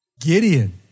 Gideon